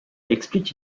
explique